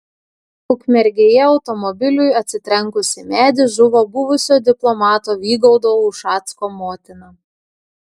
ukmergėje automobiliui atsitrenkus į medį žuvo buvusio diplomato vygaudo ušacko motina